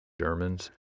germans